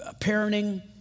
parenting